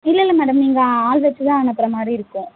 இல்லல்லை மேடம் நீங்கள் ஆள் வெச்சுதான் அனுப்புகிற மாதிரி இருக்கும்